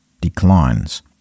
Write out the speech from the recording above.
declines